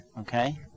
okay